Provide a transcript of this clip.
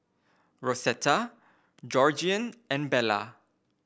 Rosetta Georgiann and Bella